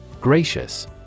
Gracious